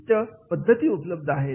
विशिष्ट पद्धती उपलब्ध आहेत